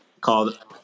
called